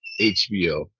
hbo